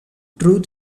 truth